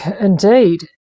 Indeed